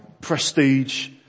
prestige